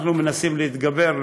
אנחנו מנסים להתגבר,